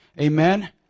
Amen